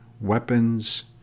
weapons